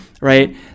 right